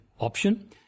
option